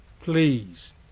please